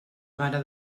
mare